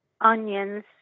onions